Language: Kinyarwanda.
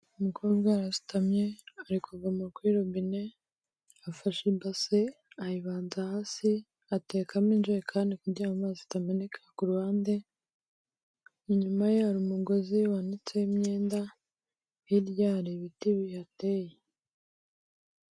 Umukobwa arasutamye ari kuvoma kuri robine, afashe ibase ayibanza hasi aterekamo injerekani kugira ngo amazi atameneka ku ruhande, inyuma ye hari umugozi wanitseho imyenda, hirya hari ibiti bihateye.